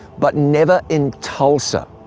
but never in tulsa.